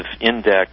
index